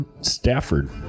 Stafford